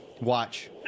Watch